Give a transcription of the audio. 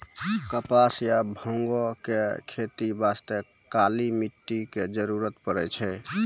कपास या बांगो के खेती बास्तॅ काली मिट्टी के जरूरत पड़ै छै